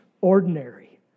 ordinary